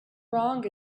wrong